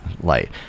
light